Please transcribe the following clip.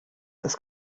das